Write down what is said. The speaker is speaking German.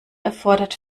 erfordert